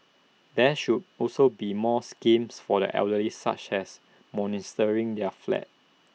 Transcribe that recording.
there should also be more schemes for the elderly such as monetising their flat